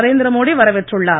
நரேந்திரமோடி வரவேற்றுள்ளார்